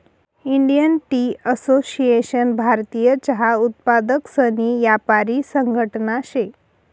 Indian tea association भारतीय चहा उत्पादकसनी यापारी संघटना शे